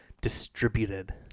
distributed